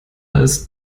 als